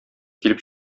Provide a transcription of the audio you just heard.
килеп